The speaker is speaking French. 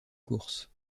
courses